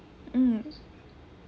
mm